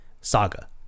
Saga